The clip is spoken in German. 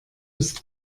ist